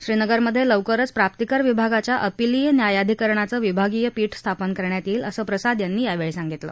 श्रीनगरमध्ये लवकरच प्राप्तिकर विभागाच्या अपिलीय न्यायाधिकरणाचं विभागीय पीठ स्थापन करण्यात येईल असं प्रसाद यांनी यावेळी सांगितलं